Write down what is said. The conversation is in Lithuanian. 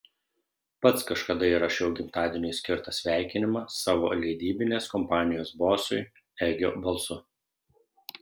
pats kažkada įrašiau gimtadieniui skirtą sveikinimą savo leidybinės kompanijos bosui egio balsu